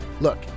Look